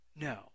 No